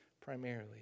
primarily